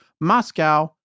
Moscow